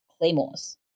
claymores